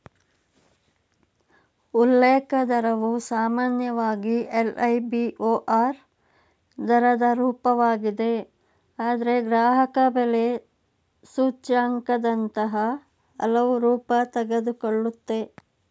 ಉಲ್ಲೇಖ ದರವು ಸಾಮಾನ್ಯವಾಗಿ ಎಲ್.ಐ.ಬಿ.ಓ.ಆರ್ ದರದ ರೂಪವಾಗಿದೆ ಆದ್ರೆ ಗ್ರಾಹಕಬೆಲೆ ಸೂಚ್ಯಂಕದಂತಹ ಹಲವು ರೂಪ ತೆಗೆದುಕೊಳ್ಳುತ್ತೆ